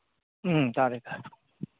ꯎꯝ ꯇꯥꯔꯦ ꯇꯥꯔꯦ